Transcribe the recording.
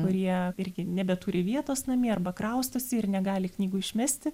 kurie irgi nebeturi vietos namie arba kraustosi ir negali knygų išmesti